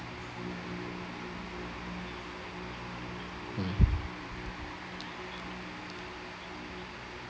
mm